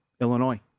Illinois